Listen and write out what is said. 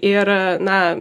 ir na